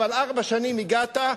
אבל ארבע שנים הגעת,